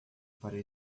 para